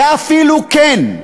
ואפילו, כן,